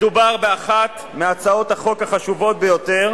מדובר באחת מהצעות החוק החשובות ביותר